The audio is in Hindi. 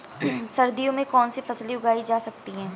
सर्दियों में कौनसी फसलें उगाई जा सकती हैं?